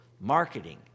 marketing